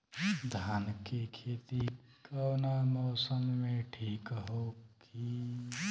धान के खेती कौना मौसम में ठीक होकी?